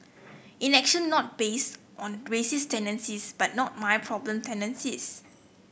inaction not based on racist tendencies but 'not my problem' tendencies